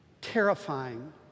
terrifying